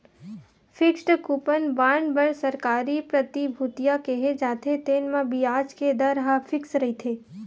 fixed coupon bond बर सरकारी प्रतिभूतिया केहे जाथे, तेन म बियाज के दर ह फिक्स रहिथे